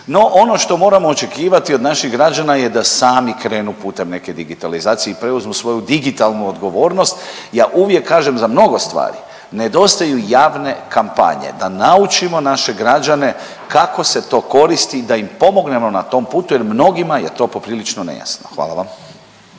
No, ono što moramo očekivati od naših građana je da sami krenu putem neke digitalizacije i preuzmu svoju digitalnu odgovornost. Ja uvijek kažem za mnogo stvari. Nedostaju javne kampanje da naučimo naše građane kako se to koristi, da im pomognemo na tom putu jer mnogima je to poprilično nejasno. Hvala vam.